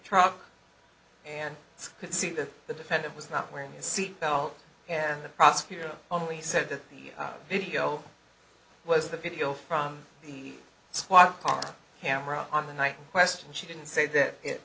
truck and could see that the defendant was not wearing his seat belt and the prosecutor only said that the video was the video from the squad car camera on the night question she didn't say that it